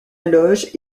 loge